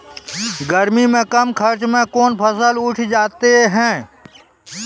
गर्मी मे कम खर्च मे कौन फसल उठ जाते हैं?